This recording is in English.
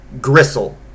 Gristle